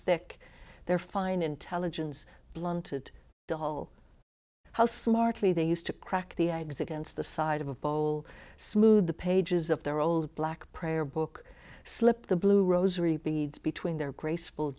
thick they're fine intelligence blunted the whole house smartly they used to crack the ideas against the side of a bull smoothed the pages of their old black prayer book slipped the blue rosary beads between their graceful